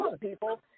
people